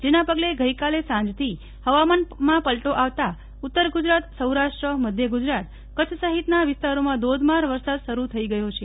જેના પગલે ગઈકાલે સાંજથી ફવામાન પલ્ટો આવતા ઉતરગુજરાત સૌરાષ્ટ્ર મધ્યગુજરાત કરછ સફીતનાં વિસ્તારોમાં ધોધમાર વરસોદ શરુ થઇ ગયો છે